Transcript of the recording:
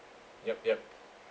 yup yup